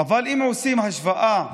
אבל אם עושים השוואה